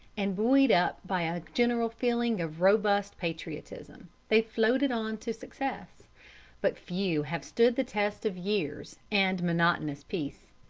and, buoyed up by a general feeling of robust patriotism, they floated on to success but few have stood the test of years and monotonous peace.